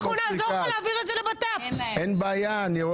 נפסקה בשעה 10:35 ונתחדשה בשעה 10:55.) אני מחדש